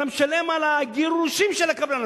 אתה משלם על הגירושים של הקבלן,